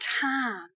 time